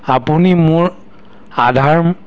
আপুনি মোৰ আধাৰ